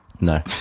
No